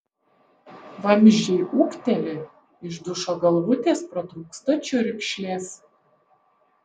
vamzdžiai ūkteli iš dušo galvutės pratrūksta čiurkšlės